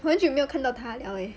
我很久没有看到他了 leh